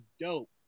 dope